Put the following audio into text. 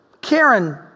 Karen